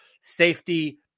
safety